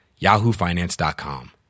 yahoofinance.com